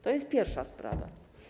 To jest pierwsza sprawa.